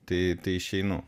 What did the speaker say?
tai tai išeinu